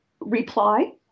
reply